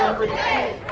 with the head